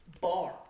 bar